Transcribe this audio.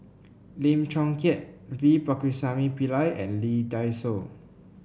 Lim Chong Keat V Pakirisamy Pillai and Lee Dai Soh